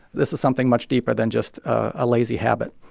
this is something much deeper than just a lazy habit.